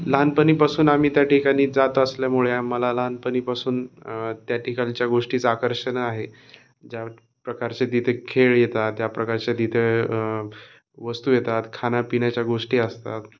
लहानपणीपासून आम्ही त्या ठिकाणी जात असल्यामुळे आम्हाला लहानपणापासून त्या ठिकाणीच्या गोष्टीचं आकर्षण आहे ज्या प्रकारचे तिथे खेळ येतात त्या प्रकारच्या तिथे वस्तू येतात खााण्यापिण्याच्या गोष्टी असतात